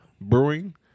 Brewing